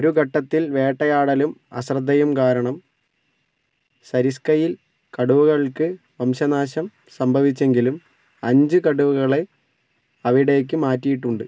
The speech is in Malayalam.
ഒരു ഘട്ടത്തിൽ വേട്ടയാടലും അശ്രദ്ധയും കാരണം സരിസ്കയിൽ കടുവകൾക്ക് വംശനാശം സംഭവിച്ചെങ്കിലും അഞ്ച് കടുവകളെ അവിടേക്ക് മാറ്റിയിട്ടുണ്ട്